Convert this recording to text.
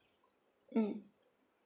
mm